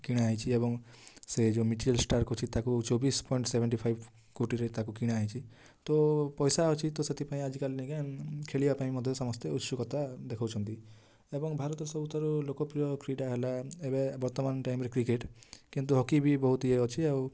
କିଣା ହେଇଛି ଏବଂ ସେ ଯେଉଁକୁ ଚବିଶ ପଏଣ୍ଟ ସେଭେଣ୍ଟି ଫାଇବ୍ କୋଟିରେ ତାକୁ କିଣା ହେଇଛି ତ ପଇସା ଅଛି ସେଥିପାଇଁ ଆଜିକାଲି ଖେଳିବା ପାଇଁ ସମସ୍ତେ ଉତ୍ସକତା ଦେଖାଉଛନ୍ତି ଏବଂ ଭାରତରେ ଲୋକପ୍ରିୟ କ୍ରୀଡ଼ା ହେଲା ଏବେ ବର୍ତ୍ତମାନ ଟାଇମ୍ରେ କ୍ରିକେଟ୍ କିନ୍ତୁ ହକି ବି ବହୁତ ଇଏ ଅଛି ଆଉ